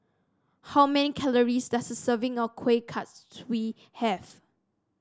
how many calories does a serving of Kuih Kaswi have